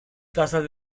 tasas